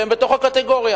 והם בתוך הקטגוריה.